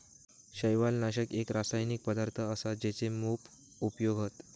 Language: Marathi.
शैवालनाशक एक रासायनिक पदार्थ असा जेचे मोप उपयोग हत